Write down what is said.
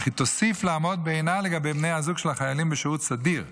אך היא תוסיף לעמוד בעינה לגבי בני הזוג של החיילים בשירות סדיר,